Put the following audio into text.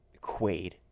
Quaid